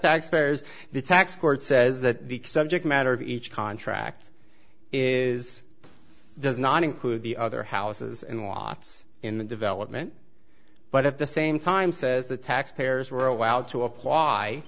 taxpayers the tax court says that the subject matter of each contract is does not include the other houses in watts in the development but at the same time says the tax payers were allowed to apply